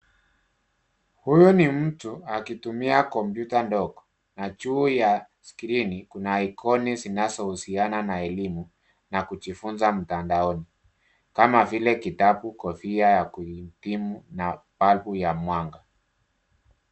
Huyu ni mtu akitumia kompyuta ndogo na juu ya skrini, kuna ikoni zinazohusiana na elimu na kujifunza mtandaoni, kama vile kitabu, kofia ya kuhitimu na balbu ya mwanga.